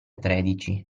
tredici